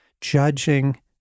judging